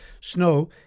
snow